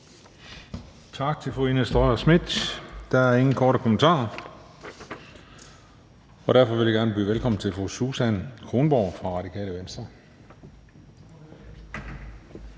Tak til fru Ina Strøjer-Schmidt. Der er ingen korte bemærkninger. Derfor vil jeg gerne byde velkommen til fru Susan Kronborg fra Radikale Venstre.